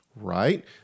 Right